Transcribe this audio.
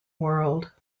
world